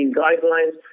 guidelines